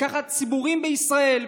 לקחת ציבורים בישראל,